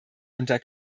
unter